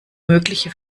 mögliche